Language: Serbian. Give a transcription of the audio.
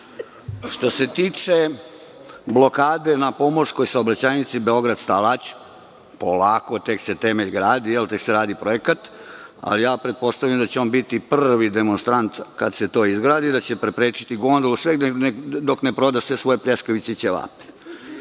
se tiče blokade na pomorskoj saobraćajnici Beograd-Stalać, polako, tek se temelj gradi, tek se radi projekat, ali pretpostavljam da će on biti prvi demonstrant kad se to izgradi, da će preprečiti gondolu sve dok ne proda sve svoje pljeskavice i ćevape.